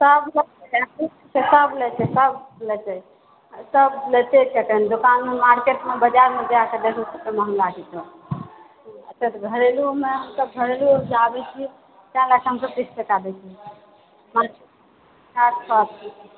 सब केओ सब लेइछै सब लेतए सब लेतए जखनि दोकान मार्केट बजारमे जाके देखहु कतेक महङ्गा छै चाउर तऽ घरेलूमे हमसभ घरेलू उपजाबए छिए ताहि लऽ कऽ हमसभ तीस टका दए छिऐ हम सात सए अस्सी